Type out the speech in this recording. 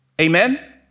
Amen